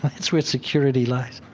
that's where security lies.